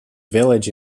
village